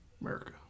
America